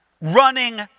running